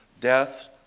death